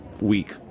week